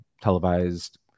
televised